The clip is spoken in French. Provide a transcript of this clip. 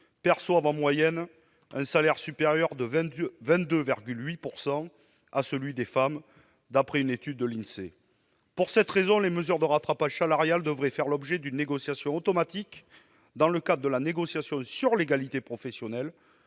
perçoivent en moyenne un salaire supérieur de 22,8 % à celui des femmes, d'après une étude de l'INSEE. Pour cette raison, les mesures de rattrapage salarial devraient faire l'objet d'une négociation automatique dans le cadre de la négociation sur l'égalité professionnelle.